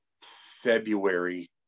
February